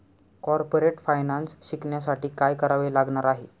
Corporate finance शिकण्यासाठी काय करावे लागणार आहे?